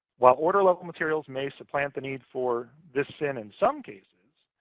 while order-level materials may supplant the needs for this sin in some cases,